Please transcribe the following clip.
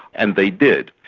and they did.